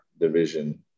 division